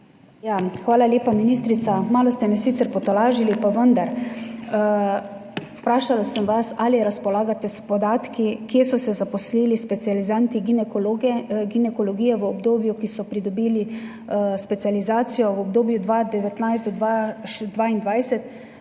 Hvala lepa, ministrica. Malo ste me sicer potolažili. Pa vendar, vprašala sem vas, ali razpolagate s podatki, kje so se zaposlili specializanti ginekologije v obdobju, ko so pridobili specializacijo, v obdobju 2019 do 2022,